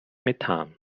methan